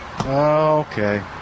Okay